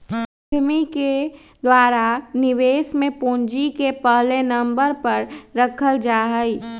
उद्यमि के द्वारा निवेश में पूंजी के पहले नम्बर पर रखल जा हई